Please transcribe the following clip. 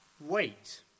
wait